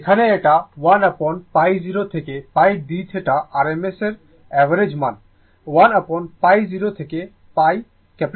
এখানে এটা 1 upon π0 থেকে πdθ RMS এর অ্যাভারেজ মান 1 upon π0 থেকে π